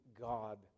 God